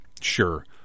Sure